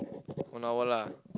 one hour lah